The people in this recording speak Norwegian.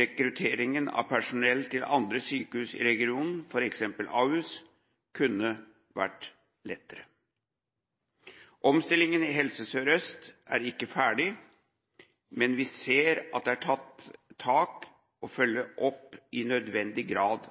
rekrutteringen av personell til andre sykehus i regionen, f.eks. til Ahus, kunne vært lettere. Omstillingen i Helse Sør-Øst er ikke ferdig, men vi ser at det er tatt tak for å følge opp i nødvendig grad